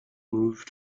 move